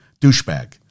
Douchebag